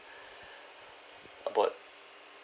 about